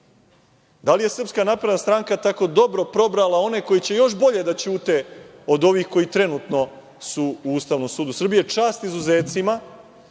Da li je Srpska napredna stranka tako dobro probrala one koji će još bolje da ćute od ovih koji su trenutno u Ustavnom sudu Srbije? Čast izuzecima,